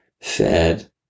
fed